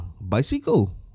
bicycle